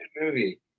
movie